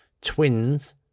Twins